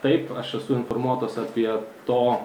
taip aš esu informuotas apie to